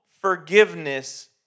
forgiveness